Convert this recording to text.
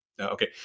okay